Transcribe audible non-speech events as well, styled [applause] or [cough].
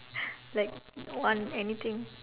[laughs] like one anything